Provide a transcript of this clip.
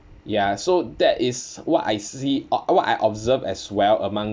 ya so that is what I see or what I observe as well among